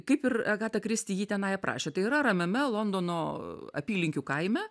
kaip ir agata kristi jį tenai aprašė tai yra ramiame londono apylinkių kaime